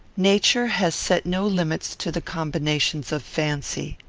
nature has set no limits to the combinations of fancy.